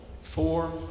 four